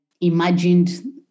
imagined